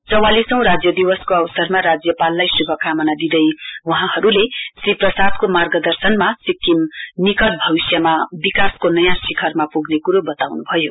चौवालिसौं राज्य दिवसको अवसरमा राज्यपाललाई शुभकामना दिँदै वहाँहरुले क्षी प्रसादको मार्गदर्शनमा सिक्किम निक्ट भविष्यमा विकासको नयाँ शिखरमा पुग्ने कुरो बताउनु भयो